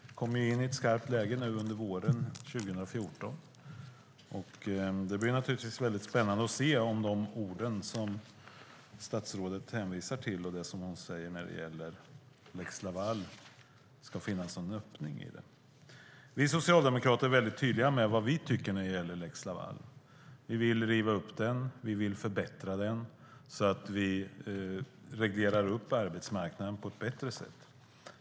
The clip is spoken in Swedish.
Vi kommer in i ett skarpt läge nu under våren 2014, och det blir naturligtvis spännande att se om orden som statsrådet hänvisar till och det som hon säger när det gäller lex Laval kan leda till en öppning i det. Vi socialdemokrater är tydliga med vad vi tycker när det gäller lex Laval. Vi vill riva upp den och förbättra den så att vi reglerar arbetsmarknaden på ett bättre sätt.